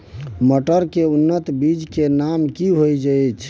मटर के उन्नत बीज के नाम की होयत ऐछ?